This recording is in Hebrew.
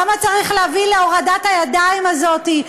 למה צריך להביא להורדת הידיים הזאת?